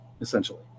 essentially